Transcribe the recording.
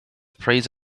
praise